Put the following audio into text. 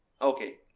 okay